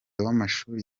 w’amashuri